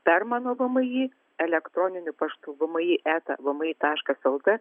per mano vmi elektroniniu paštu vmi eta vmi taškas lt